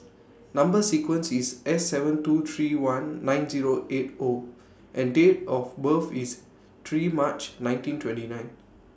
Number sequence IS S seven two three one nine Zero eight O and Date of birth IS three March nineteen twenty nine